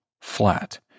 flat